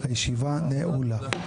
הישיבה נעולה.